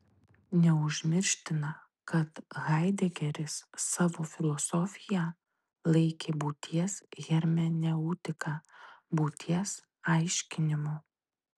neužmirština kad haidegeris savo filosofiją laikė būties hermeneutika būties aiškinimu